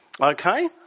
Okay